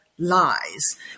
lies